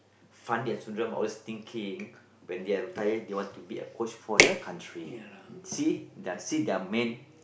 Fandi and Sundram always thinking when they are retire they want to be a coach for the country see they're see they're men